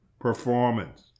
performance